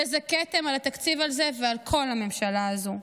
וזה כתם על התקציב הזה ועל כל הממשלה הזו.